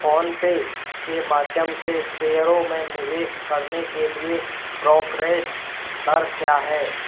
PhonePe के माध्यम से शेयरों में निवेश करने के लिए ब्रोकरेज दर क्या है